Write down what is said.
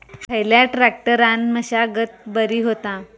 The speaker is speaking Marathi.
खयल्या ट्रॅक्टरान मशागत बरी होता?